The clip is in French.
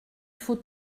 faut